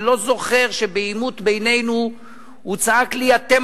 אני לא זוכר שבעימות בינינו הוא צעק לי "אתם